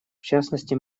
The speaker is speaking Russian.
частности